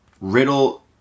Riddle